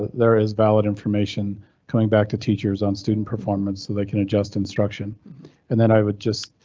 there is valid information coming back to teachers on student performance so they can adjust instruction and then i would just.